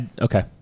Okay